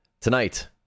tonight